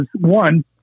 one